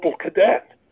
Cadet